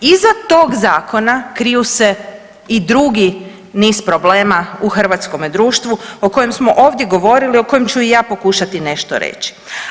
Iza tog zakona kriju se i drugi niz problema u hrvatskome društvu o kojem smo ovdje govorili, o kojem ću i ja pokušati nešto reći.